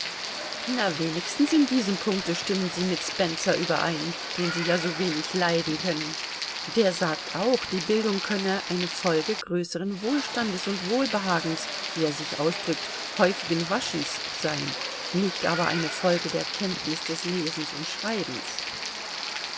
na wenigstens in diesem punkte stimmen sie mit spencer überein den sie ja so wenig leiden können der sagt auch die bildung könne eine folge größeren wohlstandes und wohlbehagens wie er sich ausdrückt häufigen waschens sein nicht aber eine folge der kenntnis des lesens und schreibens